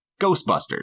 Ghostbusters